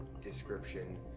description